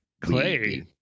Clay